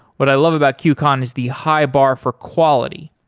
what i love about qcon qcon is the high bar for quality,